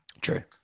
True